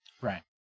Right